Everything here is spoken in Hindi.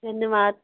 धन्यवाद